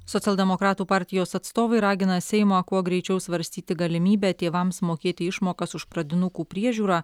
socialdemokratų partijos atstovai ragina seimą kuo greičiau svarstyti galimybę tėvams mokėti išmokas už pradinukų priežiūrą